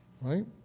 Right